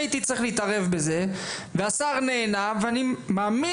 הייתי צריך להתערב בזה ושר נענה ואני מאמין